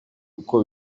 uko